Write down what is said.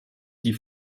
die